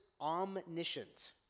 omniscient